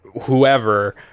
whoever